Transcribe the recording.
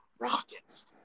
rockets